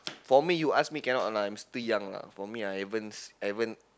for me you ask me cannot lah I'm still young lah for me I haven't s~ I haven't